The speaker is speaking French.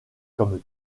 comme